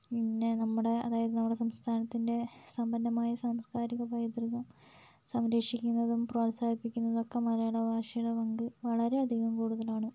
പിന്നെ നമ്മുടെ അതായത് നമ്മുടെ സംസ്ഥാനത്തിൻ്റെ സമ്പന്നമായ സാംസ്കാരിക പൈതൃകം സംരക്ഷിക്കുന്നതും പ്രോത്സാഹിപ്പിക്കുന്നതും ഒക്കെ മലയാളഭാഷയുടെ പങ്ക് വളരെ അധികം കൂടുതലാണ്